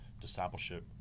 discipleship